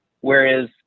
Whereas